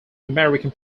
american